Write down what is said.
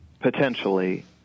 potentially